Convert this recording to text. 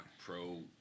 pro